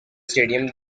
stadium